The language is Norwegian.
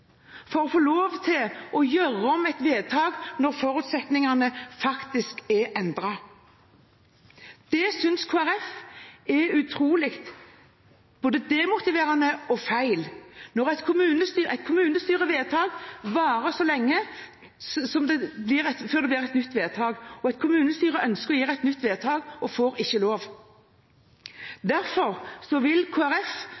fra å få lov til å gjøre om et vedtak, når forutsetningene faktisk var endret. Det synes Kristelig Folkeparti er utrolig, og både demotiverende og feil. Et kommunestyrevedtak varer til det blir et nytt vedtak, et kommunestyre ønsker å gjøre et nytt vedtak og får ikke